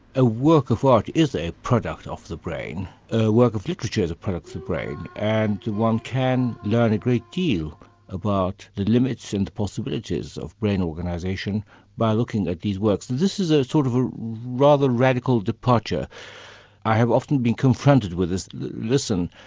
a work of art is a product of the brain, a work of literature is a product of the brain and one can learn a great deal about the limits and the possibilities of brain organisation by looking at these works. and this is a sort of rather radical departure i have often been confronted with this listen,